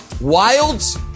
Wilds